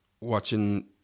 watching